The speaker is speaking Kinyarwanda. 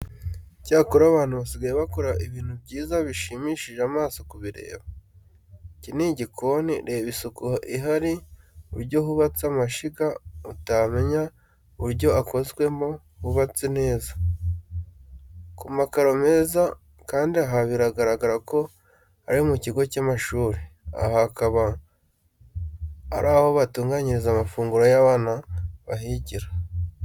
Cyakora abantu basigaye bakora ibintu byiza bishimishije amaso kubireba. Iki ni igikoni, reba isuku ihari uburyo hubatse amashyiga utamenya uburyo akozwemo, hubatse neza, ku makaro meza kandi aha biragaragara ko ari mu kigo cy'amashuri. Aha hakaba ari aho batunganyiriza amafunguro y'abana bahigira.